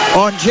on